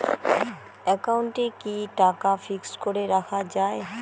একাউন্টে কি টাকা ফিক্সড করে রাখা যায়?